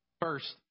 First